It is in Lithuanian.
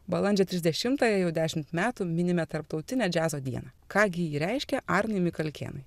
balandžio trisdešimtąją jau dešimt metų minime tarptautinę džiazo dieną ką gi ji reiškis arnui mikalkėnui